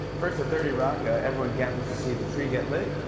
first, at thirty rock, ah everyone gathers to see the tree get lit.